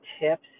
tips